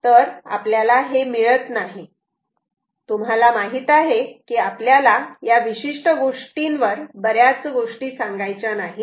तर आपल्याला हे मिळत नाही तुम्हाला माहित आहे की आपल्याला या विशिष्ट गोष्टी वर बऱ्याच गोष्टी सांगायच्या नाहीत